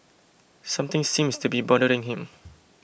something seems to be bothering him